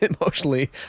emotionally